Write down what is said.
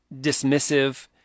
dismissive